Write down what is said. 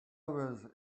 was